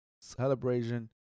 Celebration